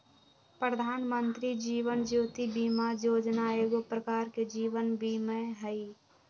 प्रधानमंत्री जीवन ज्योति बीमा जोजना एगो प्रकार के जीवन बीमें हइ